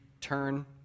turn